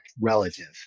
relative